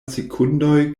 sekundoj